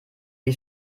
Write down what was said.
die